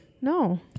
no